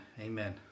Amen